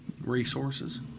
Resources